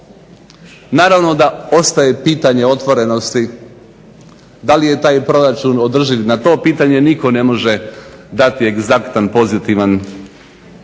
naravno da ostaje pitanje otvorenosti da li je taj proračun održiv? Na to pitanje nitko ne može dati egzaktan, pozitivan